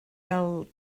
fel